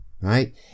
right